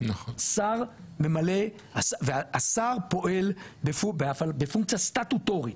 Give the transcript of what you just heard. והשר פועל בפונקציה סטטוטורית,